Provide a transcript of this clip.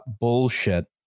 bullshit